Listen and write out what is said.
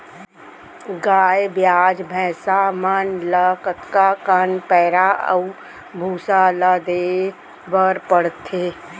गाय ब्याज भैसा मन ल कतका कन पैरा अऊ भूसा ल देये बर पढ़थे?